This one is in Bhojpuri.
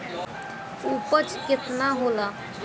उपज केतना होला?